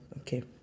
okay